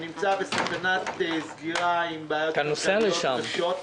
שנמצא בסכנת סגירה, עם בעיות תזרימיות קשות.